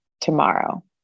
tomorrow